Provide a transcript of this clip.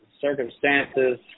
circumstances